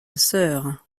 sœur